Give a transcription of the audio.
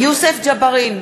יוסף ג'בארין,